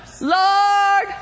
lord